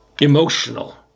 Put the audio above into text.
emotional